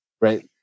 Right